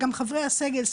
גם חברי הסגל,